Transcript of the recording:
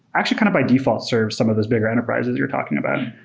actually kind of by default serve some of those bigger enterprises you're talking about,